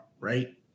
Right